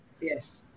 Yes